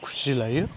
खुसि लायो